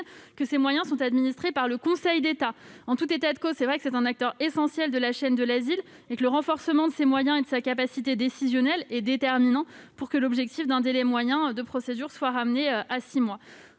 que ses moyens sont administrés par le Conseil d'État. En tout état de cause, la CNDA constitue un acteur essentiel de la chaîne de l'asile. Le renforcement de ses moyens et de sa capacité décisionnelle est déterminant pour que l'objectif d'un délai moyen de procédure soit ramené à 6 mois.